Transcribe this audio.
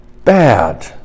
Bad